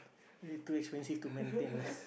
too expensive to maintain lah